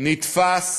נתפס